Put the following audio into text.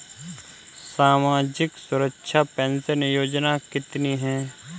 सामाजिक सुरक्षा पेंशन योजना कितनी हैं?